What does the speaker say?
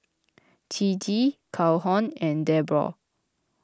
Ciji Calhoun and Debroah